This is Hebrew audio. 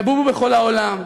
ובובו בכל העולם.